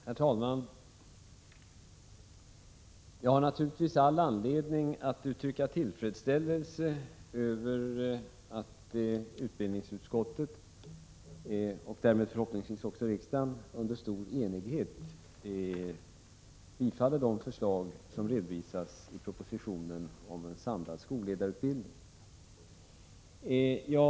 Herr talman! Jag har naturligtvis all anledning att uttrycka tillfredsställelse över att utbildningsutskottet under stor enighet tillstyrker de förslag som redovisas i propositionen om en samlad skolledarutbildning. Därmed kommer förhoppningsvis också riksdagen att bifalla dessa förslag.